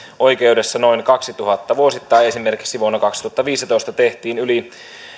oikeudessa noin kahdentuhannen vuosittain esimerkiksi vuonna kaksituhattaviisitoista tehtiin yli